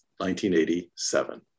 1987